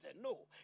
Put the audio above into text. no